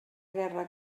guerra